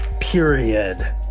period